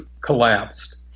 collapsed